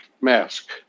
mask